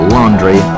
Laundry